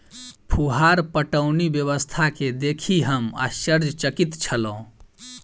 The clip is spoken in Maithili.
फुहार पटौनी व्यवस्था के देखि हम आश्चर्यचकित छलौं